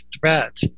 threat